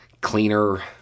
cleaner